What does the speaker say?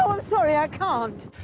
um sorry, i can't!